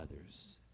others